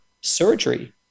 surgery